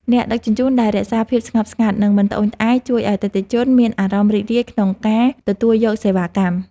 អ្នកដឹកជញ្ជូនដែលរក្សាភាពស្ងប់ស្ងាត់ និងមិនត្អូញត្អែរជួយឱ្យអតិថិជនមានអារម្មណ៍រីករាយក្នុងការទទួលយកសេវាកម្ម។